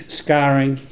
scarring